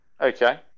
Okay